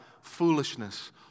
foolishness